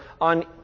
on